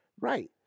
right